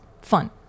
fun